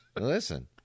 listen